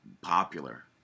popular